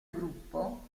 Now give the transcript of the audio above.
gruppo